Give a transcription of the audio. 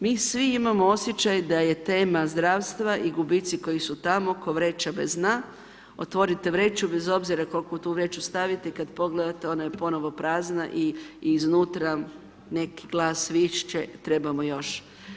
Mi svi imamo osjećaj da je tema zdravstva i gubici koji su tamo ko vreća bez dna, otvorite vreću bez obzira koliko u tu vreću stavite i kada pogledate ona je ponovo prazna i iznutra neki glas viče, trebamo još.